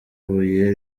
buye